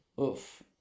Oof